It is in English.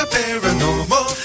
paranormal